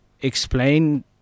explain